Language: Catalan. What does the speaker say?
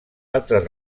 altres